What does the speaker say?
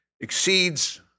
exceeds